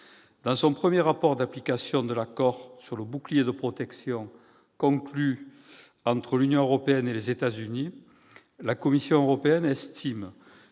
Dans son premier rapport d'application de l'accord sur le bouclier de protection conclu entre l'Union européenne et les États-Unis, la Commission européenne estime